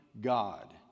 God